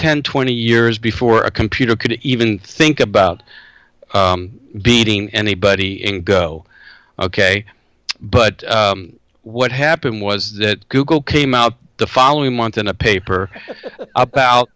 and twenty years before a computer could even think about beating anybody and go ok but what happened was that google came out the following month in a paper about